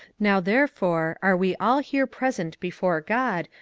now therefore are we all here present before god,